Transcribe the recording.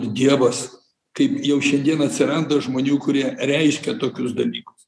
dievas kaip jau šiandien atsiranda žmonių kurie reiškia tokius dalykus